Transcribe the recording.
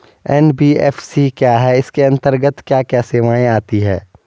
NBFC क्या है इसके अंतर्गत क्या क्या सेवाएँ आती हैं?